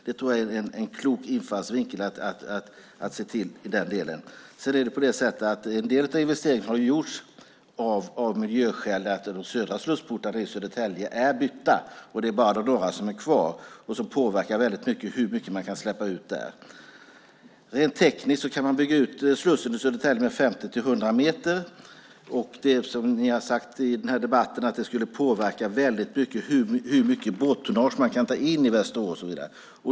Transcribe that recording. Det tror jag är en klok infallsvinkel att se till i den delen. Sedan är det på det sättet att en del av investeringarna har gjorts av miljöskäl. De södra slussportarna i Södertälje är bytta. Det är bara de norra som är kvar och som väldigt mycket påverkar hur mycket man kan släppa ut där. Rent tekniskt kan man bygga ut slussen i Södertälje med 50-100 meter. Som har sagts i den här debatten skulle det påverka väldigt mycket hur mycket båttonnage som man kan ta in i Västerås och så vidare.